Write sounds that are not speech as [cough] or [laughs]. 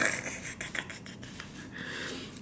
[laughs]